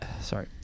Sorry